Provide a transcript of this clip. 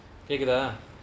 கேக்குதா:kekuthaa